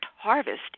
Harvest